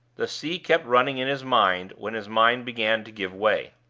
the sea kept running in his mind when his mind began to give way.